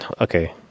Okay